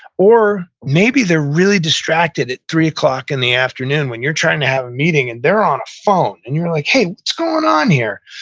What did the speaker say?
or maybe they're really distracted at three zero o'clock in the afternoon when you're trying to have a meeting, and they're on a phone, and you're like, hey, what's going on here?